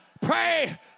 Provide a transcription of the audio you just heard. Pray